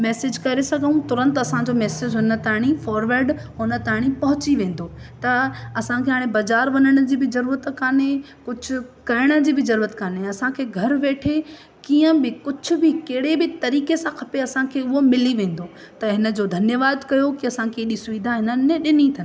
message करे सघूं तुरंत असांजो मैसिज उन ताईं फोर्वड उन ताईं पहुची वेंदो त असांखे हाणे बज़ारु वञण जी बि ज़रूरत कोन्हे कुझु करण जी बि ज़रूरत कोन्हे असांखे घरु वेठे कीअं बि कुझु बि कहिड़े बि तरीक़े सां खपे असांखे उहा मिली वेंदो त हिन जो धन्यवाद कयो की असांखे एॾी सुविधा हिननि ने ॾिनी अथनि